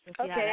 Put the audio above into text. Okay